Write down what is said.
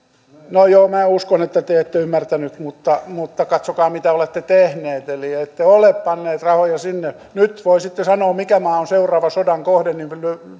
no joo minä uskon että te ette ymmärtänyt mutta mutta katsokaa mitä olette tehneet eli ette ole panneet rahoja sinne nyt voisitte sanoa mikä maa on seuraava sodan kohde niin